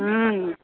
हूँ